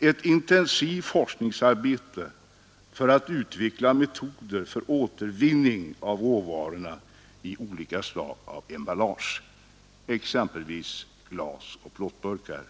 ett intensivt forskningsarbete för att utveckla metoder för återvinning av råvarorna i olika slag av emballage, exempelvis glas och plåtburkar.